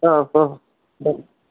ആ ആ ആ